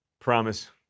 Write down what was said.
Promise